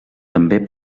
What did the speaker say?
també